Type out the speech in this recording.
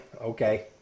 okay